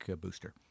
booster